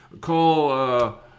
Call